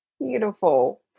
beautiful